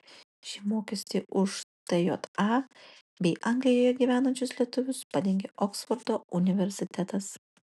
šį mokestį už tja bei anglijoje gyvenančius lietuvius padengė oksfordo universitetas